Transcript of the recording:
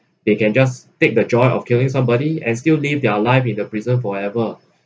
they can just take the joy of killing somebody and still live their life in the prison forever